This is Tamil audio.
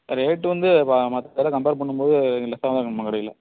ரேட் வந்து மற்றத விட கம்பேர் பண்ணும் போது லெஸ்ஸா தான் இருக்கும் நம்ம கடையில்